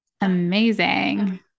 Amazing